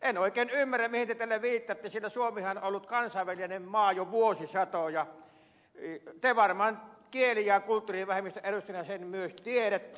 en oikein ymmärrä mihin te tällä viittaatte sillä suomihan on ollut kansainvälinen maa jo vuosisatoja te varmaan kieli ja kulttuurivähemmistön edustajana sen myös tiedätte